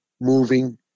moving